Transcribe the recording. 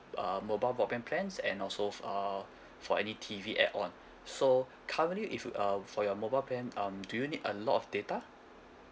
uh mobile broadband plans and also f~ uh for any T_V add on so currently if you um for your mobile plan um do you need a lot of data